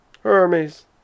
Hermes